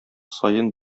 саен